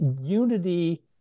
unity